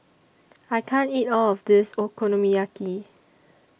I can't eat All of This Okonomiyaki